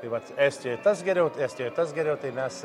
tai vat estijoj tas geriau estijoj tas geriau tai mes